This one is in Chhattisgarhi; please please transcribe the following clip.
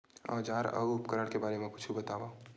औजार अउ उपकरण के बारे मा कुछु बतावव?